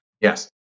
Yes